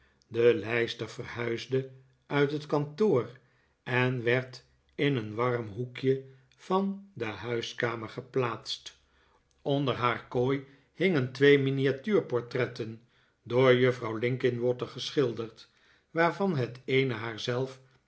de lijster verhuisde uit net kantoor en werd in een warm hoekje van de huiskamer geplaatst onder haar kooi hingen twee miniatuurportretten door juffrouw linkinwater gesehilderd waarvan het eene